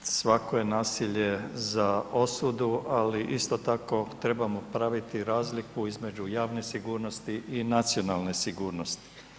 Svako je nasilje za osudu ali isto tako treba praviti razliku između javne sigurnosti i nacionalne sigurnosti.